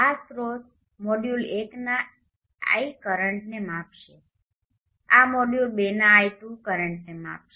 આ સ્રોત મોડ્યુલ ૧ ના I1 કરંટને માપશે આ મોડ્યુલ ૨ ના I2 કરંટને માપશે